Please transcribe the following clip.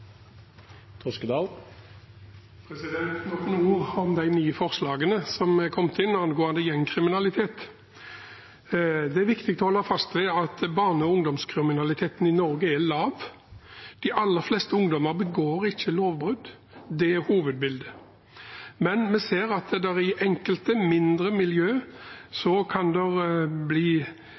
viktig å holde fast ved at barne- og ungdomskriminaliteten i Norge er lav. De aller fleste ungdommer begår ikke lovbrudd. Det er hovedbildet. Men vi ser at det i enkelte, mindre miljø kan bli gjenger, der